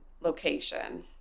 location